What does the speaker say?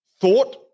Thought